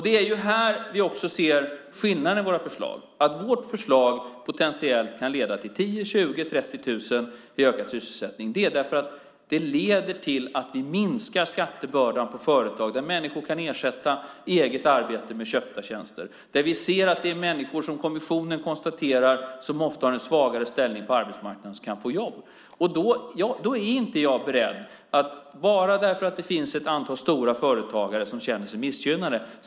Det är här vi ser skillnaden i våra förslag. Vårt förslag kan potentiellt leda till 10 000-30 000 i ökad sysselsättning därför att det leder till att vi minskar skattebördan på företag där människor kan ersätta eget arbete med köpta tjänster. Vi ser att det är människor som kommissionen konstaterar ofta har en svagare ställning på arbetsmarknaden som kan få jobb. Jag är inte beredd att slänga förslaget i papperskorgen bara därför att det finns ett antal stora företagare som känner sig missgynnade.